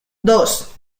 dos